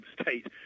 state